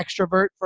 extrovert